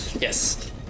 Yes